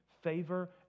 favor